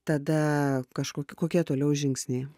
tada kažko kokie toliau žingsniai